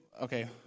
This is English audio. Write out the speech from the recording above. okay